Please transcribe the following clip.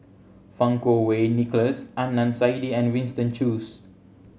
Fang Kuo Wei Nicholas Adnan Saidi and Winston Choos